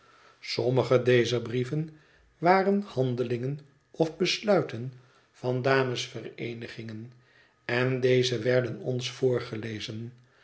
sommige dezer brieven waren handelingen of besluiten van damesvereenigingen en deze werden ons voorgelezen